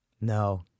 No